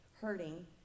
hurting